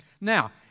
Now